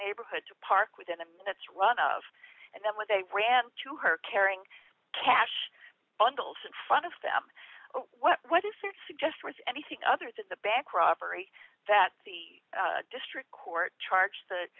neighborhood to park within a minute's run of and then when they ran to her carrying cash bundles and front of them what does it suggest was anything other than the bank robbery that the district court charged the